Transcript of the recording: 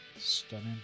Stunning